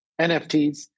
NFTs